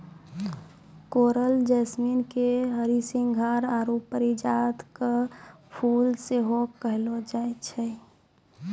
coral jasmine के हरसिंहार आरु परिजात के फुल सेहो कहलो जाय छै